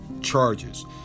charges